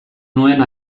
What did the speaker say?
nuen